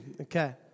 Okay